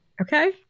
Okay